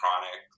chronic